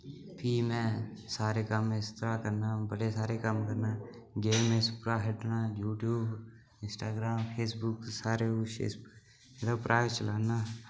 फ्ही में सारे कम्म इसदा करना बड़े सारे कम्म करनां गेम इस परा खेढना यूट्यूब इंस्टाग्राम फेसबुक सारा कुछ इस परा एह्दे परा गै चलाना